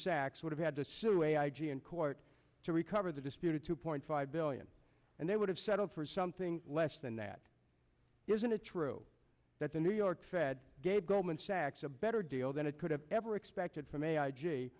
sachs would have had to sue a i g in court to recover the disputed two point five billion and they would have settled for something less than that isn't it true that the new york fed gave goldman sachs a better deal than it could have ever expected from a i